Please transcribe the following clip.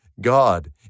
God